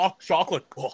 chocolate